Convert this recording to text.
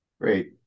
Great